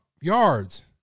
yards